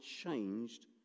changed